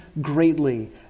greatly